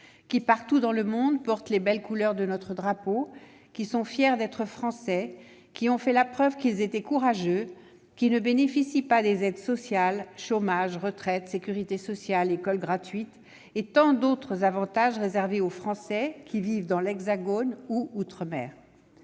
qui, partout dans le monde, portent les belles couleurs de notre drapeau, qui sont fiers d'être Français, qui ont fait la preuve qu'ils étaient courageux, qui ne bénéficient pas des aides sociales- chômage, retraite, sécurité sociale, école gratuite ... -et tant d'autres avantages réservés aux Français qui vivent dans l'Hexagone ou outre-mer.